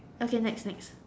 okay next next